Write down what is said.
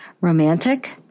romantic